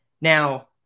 Now